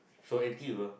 so n_t_u uh